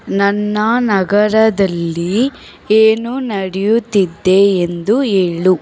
ನನ್ನ ನಗರದಲ್ಲಿ ಏನು ನಡೆಯುತ್ತಿದೆ ಎಂದು ಏಳು